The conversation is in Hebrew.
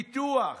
פיתוח,